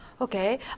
Okay